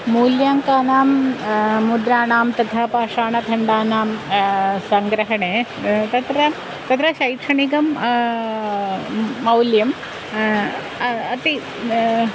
मूल्याङ्कानां मुद्राणां तथा पाषाणखण्डानां सङ्ग्रहणे तत्र तत्र शैक्षणिकं मौल्यम् अस्ति